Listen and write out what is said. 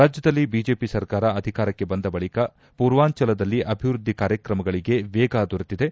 ರಾಜ್ಯದಲ್ಲಿ ಬಿಜೆಪಿ ಸರ್ಕಾರ ಅಧಿಕಾರಕ್ಕೆ ಬಂದ ಬಳಿಕ ಪೂರ್ವಾಂಚಲದಲ್ಲಿ ಅಭಿವೃದ್ಧಿ ಕಾರ್ಯಕ್ರಗಳಿಗೆ ವೇಗ ದೊರೆತಿದೆ